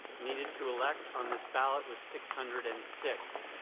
needed to elect on this ballot was six hundred and six.